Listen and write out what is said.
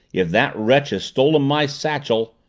if that wretch has stolen my satchel!